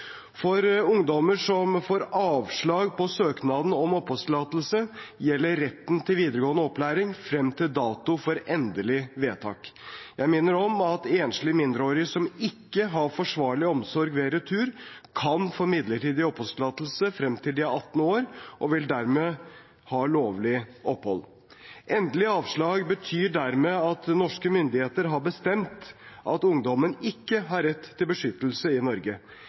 For ungdommer som får avslag på søknaden om oppholdstillatelse, gjelder retten til videregående opplæring frem til dato for endelig vedtak. Jeg minner om at enslige mindreårige som ikke har forsvarlig omsorg ved retur, kan få midlertidig oppholdstillatelse frem til de er 18 år, og vil dermed ha lovlig opphold. Endelig avslag betyr dermed at norske myndigheter har bestemt at ungdommen ikke har rett til beskyttelse i Norge.